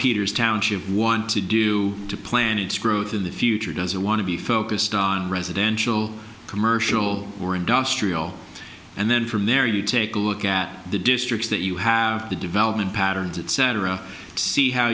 peter's township want to do to plan its growth in the future doesn't want to be focused on residential commercial or industrial and then from there you take a look at the districts that you have the development patterns etc see how